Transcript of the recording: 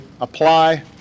apply